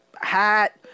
hat